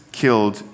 killed